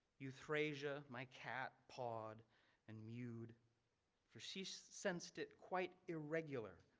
euphrasia my cat pawed and mewed for she she sensed it quite irregular,